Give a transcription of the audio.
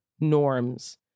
norms